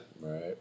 Right